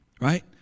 Right